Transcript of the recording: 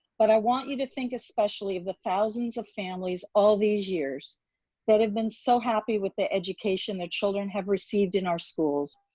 but i want you to think especially of the thousands of families all these years that have been so happy with the education their children have received in our schools.